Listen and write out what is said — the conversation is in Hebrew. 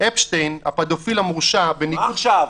אפשטיין, הפדופיל המורשע -- מה עכשיו?